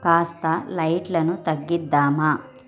కాస్త లైట్లను తగ్గిద్దామా